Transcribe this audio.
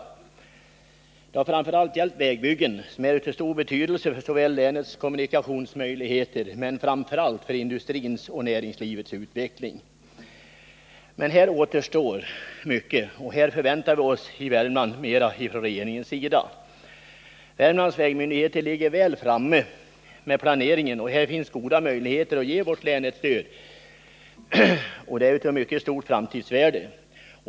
Stödet har framför allt gällt vägbyggen, som är av stor betydelse för länets kommunikationsmöjligheter men framför allt för industrins och näringslivets utveckling. Men här återstår mycket, och vi förväntar oss i Värmland mera från regeringens sida. Värmlands vägmyndigheter ligger väl framme med planeringen, och det finns goda möjligheter att ge vårt län ett stöd som skulle vara av mycket stort framtidsvärde.